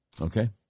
Okay